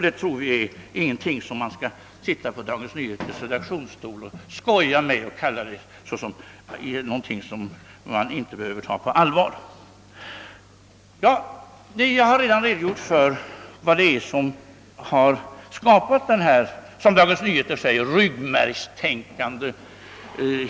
Detta är inte saker som någon skall sitta på Dagens Nyheters redaktionsstol och skoja med och framställa som sådant som ingen behöver ta på allvar. Jag har redan redogjort för vad som ligger bakom det som Dagens Nyheter betecknar som ryggmärgstänkande.